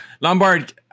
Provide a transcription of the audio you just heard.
Lombard